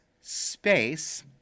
space